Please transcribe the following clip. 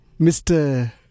Mr